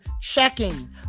checking